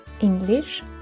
English